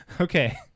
Okay